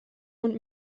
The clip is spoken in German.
und